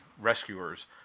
rescuers